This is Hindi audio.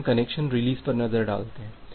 अब हम कनेक्शन रिलीज़ पर नज़र डालते हैं